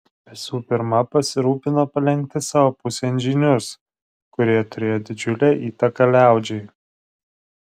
visų pirma pasirūpino palenkti savo pusėn žynius kurie turėjo didžiulę įtaką liaudžiai